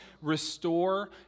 restore